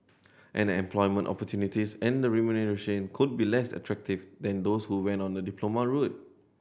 and an employment opportunities and remuneration could be less attractive than those who went on a diploma route